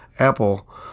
Apple